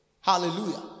Hallelujah